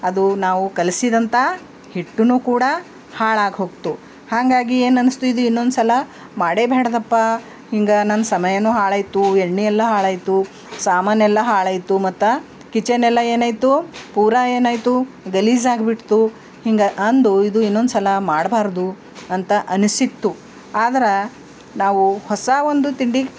ಅದು ನಾವು ಕಲಸಿದಂಥ ಹಿಟ್ಟುನೂ ಕೂಡ ಹಾಳಾಗೋಗ್ತು ಹಂಗಾಗಿ ಏನು ಅನಿಸ್ತು ಇದು ಇನ್ನೊಂದ್ಸಲ ಮಾಡೇ ಬ್ಯಾಡ್ದಪ್ಪ ಹಿಂಗೆ ನನ್ನ ಸಮಯನೂ ಹಾಳಾಯಿತು ಎಣ್ಣೆ ಎಲ್ಲ ಹಾಳಾಯಿತು ಸಾಮಾನೆಲ್ಲ ಹಾಳಾಯಿತು ಮತತು ಕಿಚನ್ನೆಲ್ಲ ಏನಾಯಿತು ಪೂರ ಏನಾಯಿತು ಗಲೀಜಾಗಿ ಬಿಡ್ತು ಹಿಂಗೆ ಅಂದು ಇದು ಇನ್ನೊಂದ್ಸಲ ಮಾಡಬಾರ್ದು ಅಂತ ಅನಿಸಿತ್ತು ಆದ್ರೆ ನಾವು ಹೊಸ ಒಂದು ತಿಂಡಿ